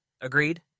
Agreed